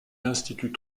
l’institut